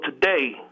today